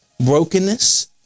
brokenness